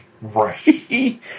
Right